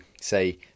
say